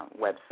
website